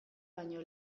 baino